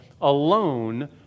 alone